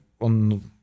on